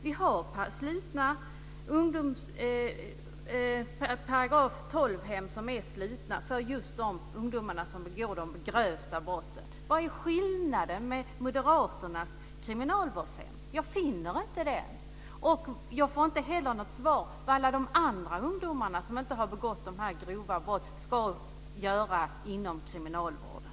Vi har § 12-hem som är slutna för just de ungdomar som begår de grövsta brotten. Vad är skillnaden jämfört med moderaternas kriminalvårdshem? Jag finner inte den. Jag får inte heller något svar om vad alla de andra ungdomarna, som inte har begått de här grova brotten, ska göra inom kriminalvården.